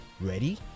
Ready